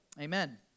Amen